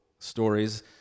stories